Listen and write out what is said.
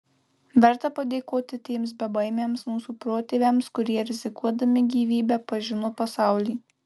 verta padėkoti tiems bebaimiams mūsų protėviams kurie rizikuodami gyvybe pažino pasaulį